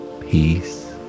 peace